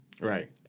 Right